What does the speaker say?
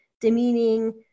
demeaning